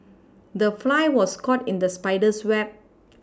the fly was caught in the spider's web